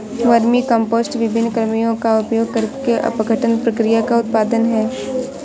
vermicompost विभिन्न कृमियों का उपयोग करके अपघटन प्रक्रिया का उत्पाद है